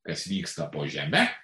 kas vyksta po žeme